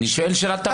אני שואל שאלת הבהרה.